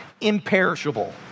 imperishable